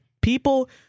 people